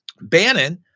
Bannon